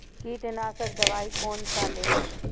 कीट नाशक दवाई कोन सा लेब?